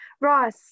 ross